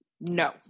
no